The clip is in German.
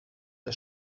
der